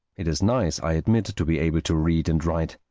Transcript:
it is nice, i admit, to be able to read and write.